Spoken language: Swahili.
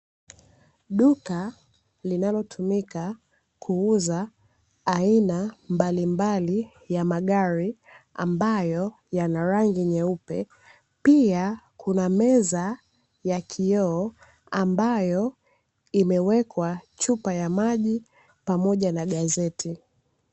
Duka linalotumika kuuza aina mbalimbali ya magari, ambayo yanarangi nyekundu na meupe, pia kuna meza ya kioo ambayo imewekwa chupa ya maji pamoja na gazeti.